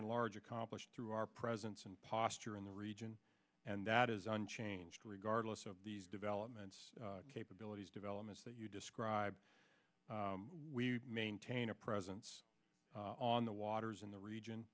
and large accomplished through our presence and posture in the region and that is unchanged regardless of these developments capabilities developments that you describe we maintain a presence on the waters in the region